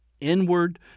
inward